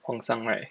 皇上 right